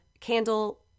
candle